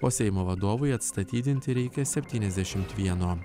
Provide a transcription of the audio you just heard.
o seimo vadovui atstatydinti reikia septyniasdešimt vieno